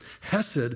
Hesed